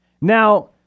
Now